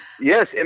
yes